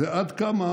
ועד כמה